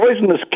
poisonous